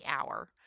hour